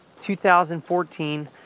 2014